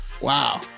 wow